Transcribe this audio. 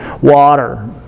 water